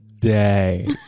day